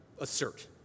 assert